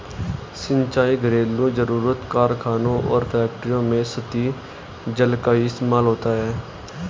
सिंचाई, घरेलु जरुरत, कारखानों और फैक्ट्रियों में सतही जल का ही इस्तेमाल होता है